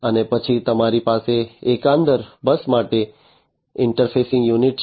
અને પછી તમારી પાસે એકંદર બસ માટે ઇન્ટરફેસિંગ યુનિટ છે